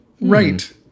Right